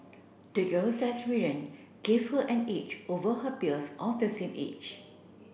the girl's experience gave her an edge over her peers of the same age